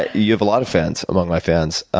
ah you have a lot of fans, among my fans.